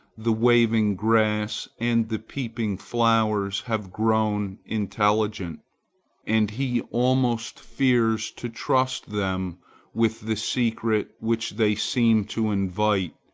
the waving grass and the peeping flowers have grown intelligent and he almost fears to trust them with the secret which they seem to invite.